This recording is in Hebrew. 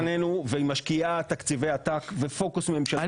היא התחילה לפנינו והיא משקיעה תקציבי עתק ופוקוס ממשלתי